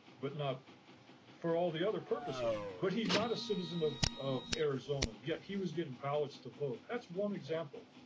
but not for all the other purposes but he's not a citizen of of arizona yet he was getting ballots to vote, that's one example.